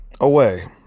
away